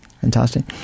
fantastic